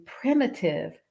primitive